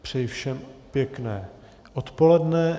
Přeji všem pěkné odpoledne.